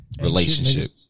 relationship